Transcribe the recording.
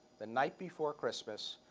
the night before christmas,